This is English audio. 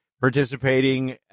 participating